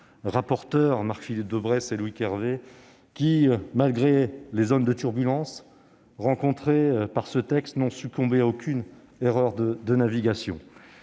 rapporteurs, Marc-Philippe Daubresse et Loïc Hervé, qui, malgré les zones de turbulences rencontrées par ce texte, n'ont commis aucune erreur de navigation.